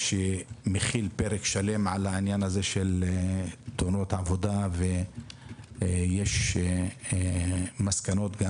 שמכיל פרק שלם על העניין הזה של תאונות עבודה ויש מסקנות של